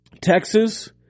Texas